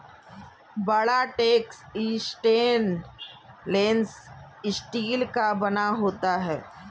बड़ा tank stainless steel का बना होता है